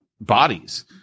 bodies